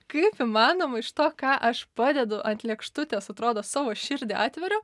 kaip įmanoma iš to ką aš padedu ant lėkštutės atrodo savo širdį atveriu